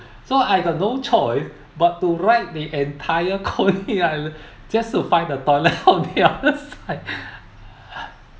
of the island I said oh goodness so I got no choice but to ride the entire coney island just to find the toilet on the other side